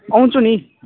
आउँछु नि